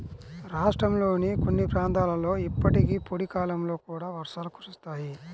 రాష్ట్రంలోని కొన్ని ప్రాంతాలలో ఇప్పటికీ పొడి కాలంలో కూడా వర్షాలు కురుస్తాయి